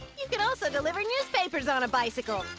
you could also deliver newspapers on a bicycle.